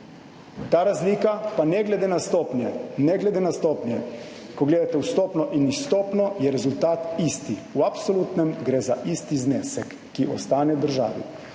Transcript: Ta razlika pa ne glede na stopnje, ko gledate vstopno in izstopno, je rezultat isti, v absolutnem gre za isti znesek, ki ostane državi.